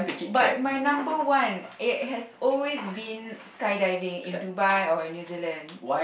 but my number one it has always been skydiving in Dubai or New Zealand